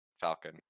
Falcon